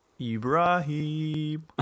Ibrahim